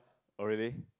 oh really